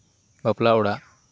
ᱵᱟᱯᱞᱟ ᱚᱲᱟᱜ